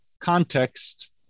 context